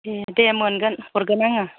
ए दे मोनगोन हरगोन आङो